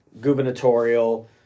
gubernatorial